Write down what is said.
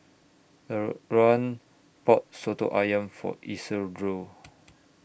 Leran bought Soto Ayam For Isidro